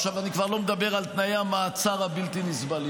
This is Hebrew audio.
עכשיו, אני לא מדבר על תנאי המעצר הבלתי-נסבלים.